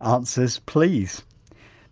answers please